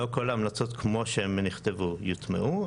לא כל ההמלצות כמו שהן נכתבו, יוטמעו.